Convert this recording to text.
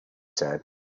said